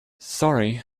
sorry